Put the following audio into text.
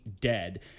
dead